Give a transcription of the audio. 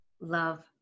love